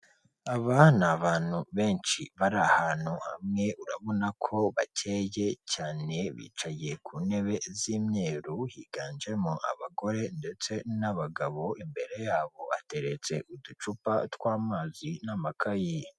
Aba ni abantu benshi bari ahantu hamwe urabona ko bakeye cyane bicariye ku ntebe z'imyeru, higanjemo abagore ndetse n'abagabo imbere yabo bateretse uducupa tw'amazi n'amakayi.